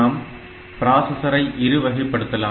நாம் பிராஸஸரை இரு வகைப்படுத்தலாம்